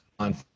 on